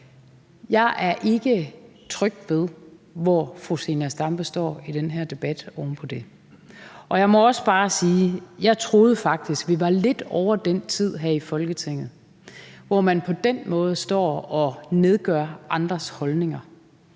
er jeg ikke tryg ved, hvor fru Zenia Stampe står i den her debat. Jeg må også bare sige, at jeg faktisk troede, at vi her i Folketinget var lidt ovre den tid, hvor man på den måde står og nedgør andres holdninger,